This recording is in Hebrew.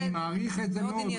אני מעריך את זה מאוד,